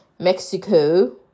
Mexico